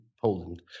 Poland